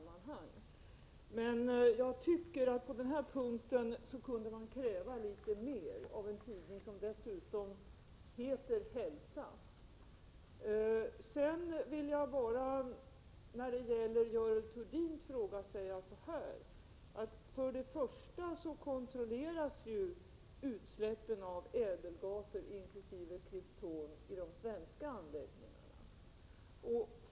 Jag tycker att man på den här punkten kunde kräva litet mer av en tidning som dessutom heter Hälsa. När det gäller Görel Thurdins fråga vill jag säga följande. Utsläppen av ädelgaser, inkl. krypton, kontrolleras i de svenska anläggningarna.